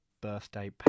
birthday